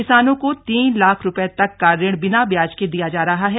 किसानों को तीन लाख रूपये तक का ऋण बिना ब्याज के दिया जा रहा है